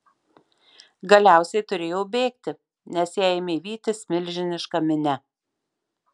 galiausiai turėjo bėgti nes ją ėmė vytis milžiniška minia